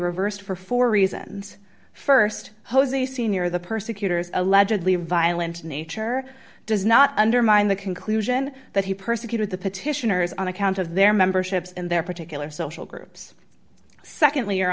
reversed for four reasons st jose sr the persecutors allegedly violent nature does not undermine the conclusion that he persecuted the petitioners on account of their memberships and their particular social groups secondly